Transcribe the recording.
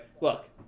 look